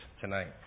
tonight